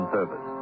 Service